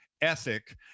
ethic